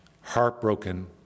heartbroken